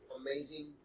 amazing